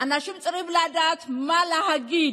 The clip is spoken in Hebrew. אנשים צריכים לדעת מה להגיד,